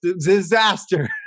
disaster